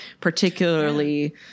particularly